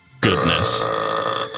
Goodness